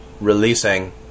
releasing